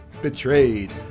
Betrayed